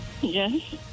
Yes